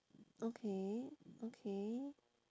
okay okay